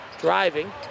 Driving